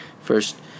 first